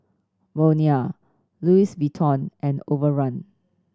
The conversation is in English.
Bonia Louis Vuitton and Overrun